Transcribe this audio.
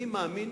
אני מאמין